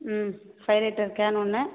ம் five litre can ஒன்று